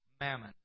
mammon